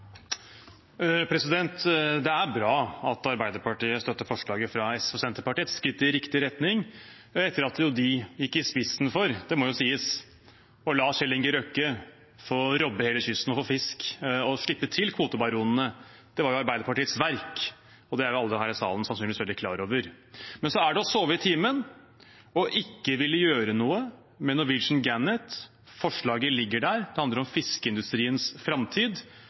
et skritt i riktig retning etter at de gikk i spissen for – det må sies – å la Kjell Inge Røkke få robbe hele kysten for fisk og slippe til kvotebaronene. Det var Arbeiderpartiets verk – det er alle her i salen sannsynligvis veldig klar over. Men så er det å sove i timen å ikke ville gjøre noe med «Norwegian Gannet». Forslaget ligger der. Det handler om fiskeindustriens framtid.